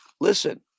listen